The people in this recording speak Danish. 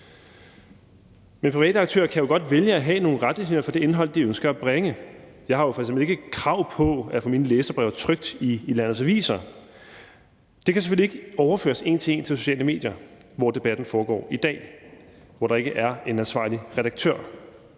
Men private aktører kan jo godt vælge at have nogle retningslinjer for det indhold, de ønsker at bringe. Jeg har jo f.eks. ikke krav på at få mine læserbreve trykt i landets aviser. Det kan selvfølgelig ikke overføres en til en til sociale medier, hvor debatten foregår i dag, og hvor der ikke er en ansvarlig redaktør.